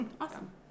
awesome